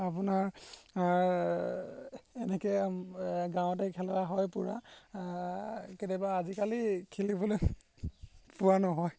আপোনাৰ আৰ এনেকৈ গাঁৱতে খেলোৱা হয় পূৰা কেতিয়াবা আজিকালি খেলিবলৈ পোৱা নহয়